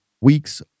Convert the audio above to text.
weeks